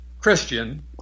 Christian